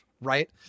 Right